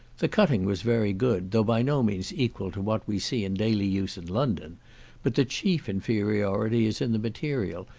the cutting was very good, though by no means equal to what we see in daily use in london but the chief inferiority is in the material,